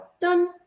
done